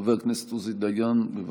חבר הכנסת עוזי דיין, בבקשה.